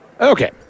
Okay